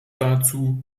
dazu